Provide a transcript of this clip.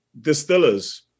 distillers